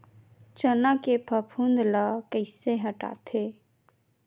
चना के फफूंद ल कइसे हटाथे?